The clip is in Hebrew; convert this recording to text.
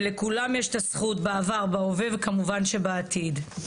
ולכולם יש את הזכות בעבר, בהווה וכמובן שבעתיד.